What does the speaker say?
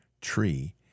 tree